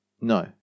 No